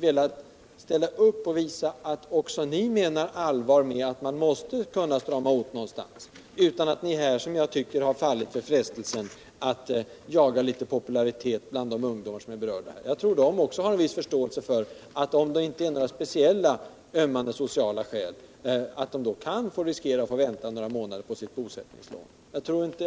velat ställa upp och visa att också ni menar allvar med att man måste strama åt någonstans utan att ni här, efter vad jag tycker, har fallit för frestelsen att jaga litet popularitet bland de ungdomar som är berörda. Jag tror att de också har en viss förståelse för att de, om det inte finns några speciellt ömmande sociala skäl, kan riskera att få vänta några månader på sitt bosättningslån.